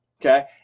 okay